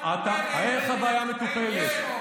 הבעיה מטופלת.